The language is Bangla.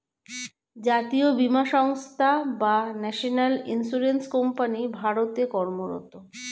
জাতীয় বীমা সংস্থা বা ন্যাশনাল ইন্স্যুরেন্স কোম্পানি ভারতে কর্মরত